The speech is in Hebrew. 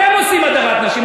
אתם עושים הדרת נשים.